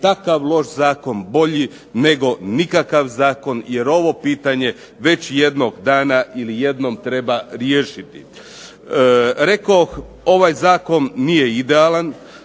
takav loš zakon bolji nego nikakav zakon, jer ovo pitanje već jednog dana ili jednom treba riješiti. Rekoh ovaj zakon nije idealan,